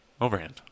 Overhand